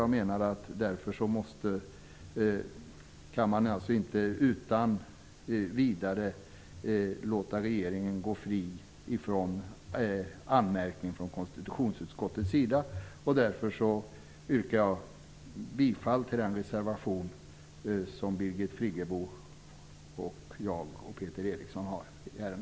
Jag menar att man inte utan vidare kan låta regeringen gå fri från anmärkning från konstitutionsutskottet. Jag yrkar därför bifall till reservationen från Birgit Friggebo, Peter Eriksson och mig.